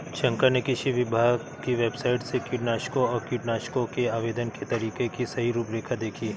शंकर ने कृषि विभाग की वेबसाइट से कीटनाशकों और कीटनाशकों के आवेदन के तरीके की सही रूपरेखा देखी